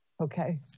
Okay